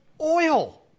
oil